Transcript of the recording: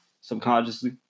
subconsciously